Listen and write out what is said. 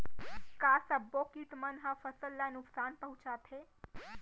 का सब्बो किट मन ह फसल ला नुकसान पहुंचाथे?